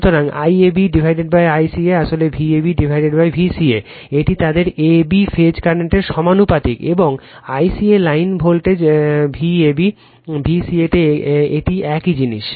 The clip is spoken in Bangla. সুতরাং IABICA আসলে VabVca এটি তাদের IAB ফেজ কারেন্টের সমানুপাতিক এবং ICA লাইন ভোল্টেজ VabVca তে এটি একই জিনিস